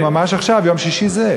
זה ממש עכשיו, יום שישי זה.